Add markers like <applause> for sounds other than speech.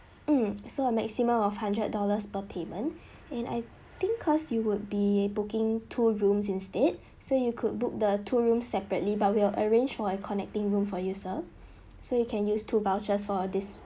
mm so a maximum of hundred dollars per payment <breath> and I think cause you would be booking two rooms instead so you could book the two room separately but we'll arrange for a connecting room for you sir so you can use two vouchers for this